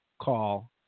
call